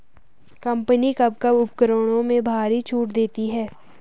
Company कब कब उपकरणों में भारी छूट देती हैं?